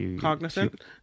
cognizant